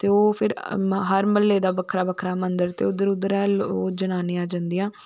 ते फिर ओह् हर म्हल्ले दा बक्खरा बक्खरा मदंर ते उद्धर उद्धर गै ओह् जनानियां जंदियां